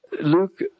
Luke